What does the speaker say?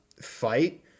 fight